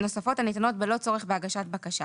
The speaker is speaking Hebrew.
בלא צורך בהגשת בקשה.